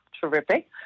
terrific